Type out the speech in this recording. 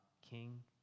king